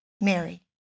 Mary